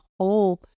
whole